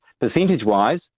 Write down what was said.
Percentage-wise